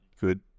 good